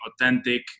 authentic